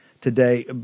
today